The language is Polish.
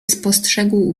spostrzegł